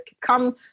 Come